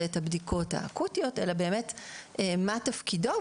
את הבדיקות האקוטיות אלא באמת מה תפקידו,